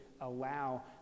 allow